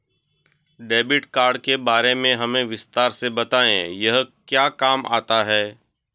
Debit card के बारे में हमें विस्तार से बताएं यह क्या काम आता है?